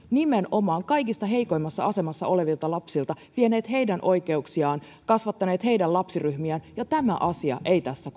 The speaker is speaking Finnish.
nimenomaan kaikista heikoimmassa asemassa olevilta lapsilta vieneet heidän oikeuksiaan kasvattaneet heidän lapsiryhmiään ja tämä asia ei tässä